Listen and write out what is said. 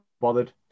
bothered